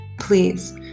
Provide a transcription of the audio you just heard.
please